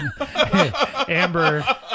Amber